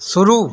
शुरू